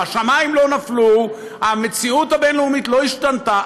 השמים לא נפלו, המציאות הבין-לאומית לא השתנתה.